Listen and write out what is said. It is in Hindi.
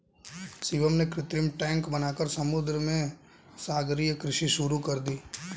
शिवम ने कृत्रिम टैंक बनाकर समुद्र में सागरीय कृषि शुरू कर दी